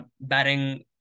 batting